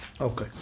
Okay